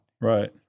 Right